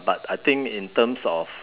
but I think in terms of